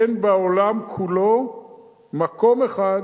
אין בעולם כולו מקום אחד